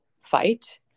fight